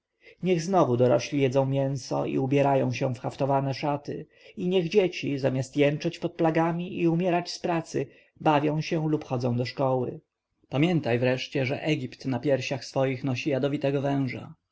niech znowu dorośli jedzą mięso i ubierają się w haftowane szaty i niech dzieci zamiast jęczeć pod plagami i umierać z pracy bawią się lub chodzą do szkoły pamiętaj wreszcie że egipt na piersiach swoich nosi jadowitego węża